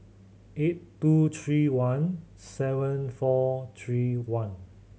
eight two three one seven four three one